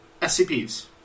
SCPs